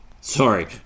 Sorry